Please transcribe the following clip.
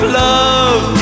love